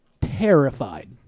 terrified